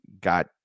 got